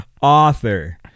Author